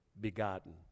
begotten